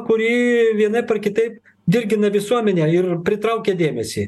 kuri vienaip ar kitaip dirgina visuomenę ir pritraukia dėmesį